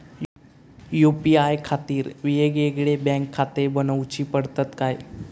UPI खातीर येगयेगळे बँकखाते बनऊची पडतात काय?